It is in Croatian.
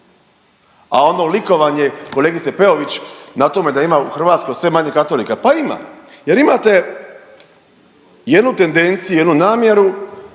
A onda u likovanje kolegice Peović na tome da ima u Hrvatskoj sve manje katolika. Pa ima jer imate jednu tendenciju, jednu namjeru,